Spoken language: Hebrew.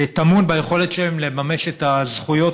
טמון ביכולת שלהם לממש את הזכויות,